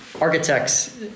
architects